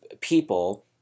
people